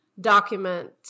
document